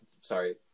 sorry